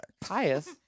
Pious